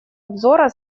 обзора